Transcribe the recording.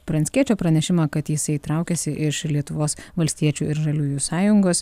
pranckiečio pranešimą kad jisai traukiasi iš lietuvos valstiečių ir žaliųjų sąjungos